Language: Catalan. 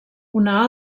una